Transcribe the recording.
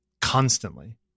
constantly